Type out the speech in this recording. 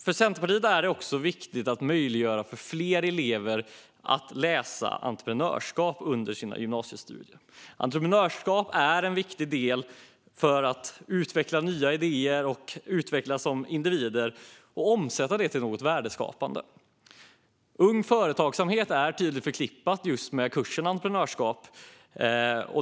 För Centerpartiet är det också viktigt att möjliggöra för fler elever att läsa entreprenörskap under sina gymnasiestudier. Entreprenörskap är viktigt för att utveckla nya idéer och utvecklas som individ och för att omsätta detta till något värdeskapande. Ung Företagsamhet är tydligt förknippat just med kursen i entreprenörskap.